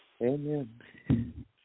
Amen